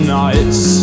nights